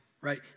right